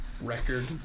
Record